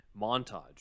montage